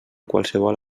qualsevol